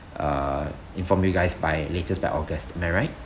uh inform you guys by latest by august am I right